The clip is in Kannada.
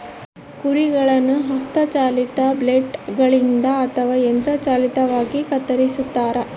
ಕುರಿಗಳನ್ನು ಹಸ್ತ ಚಾಲಿತ ಬ್ಲೇಡ್ ಗಳಿಂದ ಅಥವಾ ಯಂತ್ರ ಚಾಲಿತವಾಗಿ ಕತ್ತರಿಸ್ತಾರ